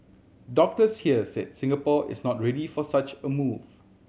doctors here said Singapore is not ready for such a move